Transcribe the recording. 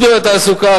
עידוד התעסוקה,